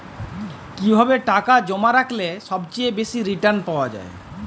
কিভাবে টাকা জমা রাখলে সবচেয়ে বেশি রির্টান পাওয়া য়ায়?